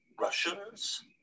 Russians